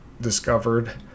discovered